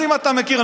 אז אם אתה מכיר,